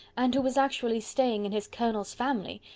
and who was actually staying in his colonel's family,